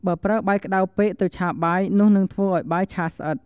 បើប្រើបាយក្តៅពេកទៅឆាបាយ នោះនឹងធ្វើឱ្យបាយឆាស្អិត។